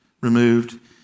removed